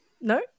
No